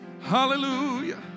Hallelujah